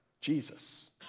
Jesus